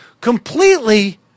completely